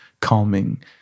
calming